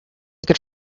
good